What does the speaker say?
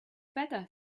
better